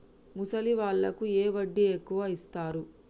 ముసలి వాళ్ళకు ఏ వడ్డీ ఎక్కువ ఇస్తారు?